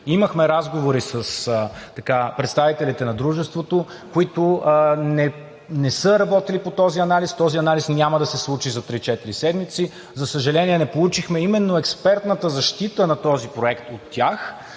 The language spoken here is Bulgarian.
Имахме разговори с представителите на дружеството, които не са работили по този анализ. Този анализ няма да се случи за три-четири седмици. За съжаление, не получихме именно експертната защита на този проект от тях